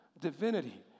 divinity